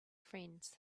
friends